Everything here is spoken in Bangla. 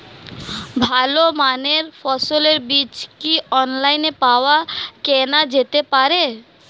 ভালো মানের ফসলের বীজ কি অনলাইনে পাওয়া কেনা যেতে পারে?